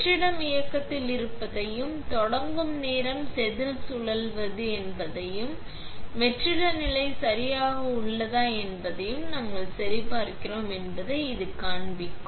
வெற்றிடம் இயக்கத்தில் இருப்பதையும் தொடங்கும் நேரம் செதில் சுழல்கிறது என்பதையும் வெற்றிட நிலை சரியாக உள்ளதா என்பதை நாங்கள் சரிபார்க்கிறோம் என்பதையும் இது காண்பிக்கும்